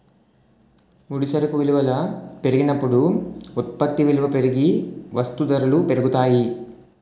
ముడి సరుకు విలువల పెరిగినప్పుడు ఉత్పత్తి విలువ పెరిగి వస్తూ ధరలు పెరుగుతాయి